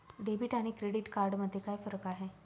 Debit आणि credit card मध्ये काय फरक आहे?